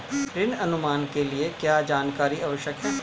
ऋण अनुमान के लिए क्या जानकारी आवश्यक है?